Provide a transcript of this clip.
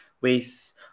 ways